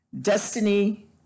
destiny